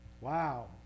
Wow